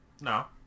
no